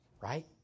right